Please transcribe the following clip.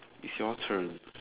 is your turn